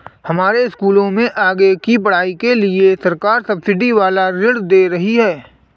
हमारे स्कूल में आगे की पढ़ाई के लिए सरकार सब्सिडी वाला ऋण दे रही है